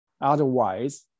Otherwise